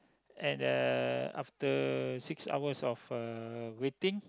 at the after six hours of uh waiting